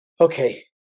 Okay